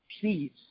Please